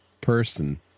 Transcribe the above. person